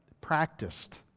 practiced